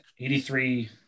83